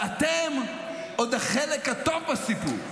ואתם עוד החלק הטוב בסיפור,